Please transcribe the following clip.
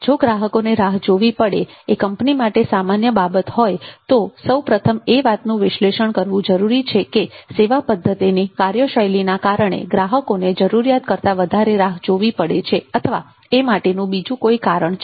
જો ગ્રાહકોને રાહ જોવી પડે એ કંપની માટે સામાન્ય બાબત હોય તો સૌ પ્રથમ એ વાતનું વિશ્લેષણ કરવું જરૂરી છે કે સેવા પદ્ધતિની કાર્ય શૈલીના કારણે ગ્રાહકોને જરૂરીયાત કરતા વધારે રાહ જોવી પડે છે અથવા એ માટે નું બીજું કોઈ કારણ છે